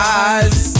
eyes